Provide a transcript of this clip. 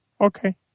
okay